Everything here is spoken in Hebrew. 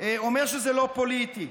אומר שזה לא פוליטי.